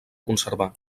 conservar